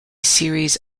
series